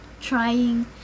trying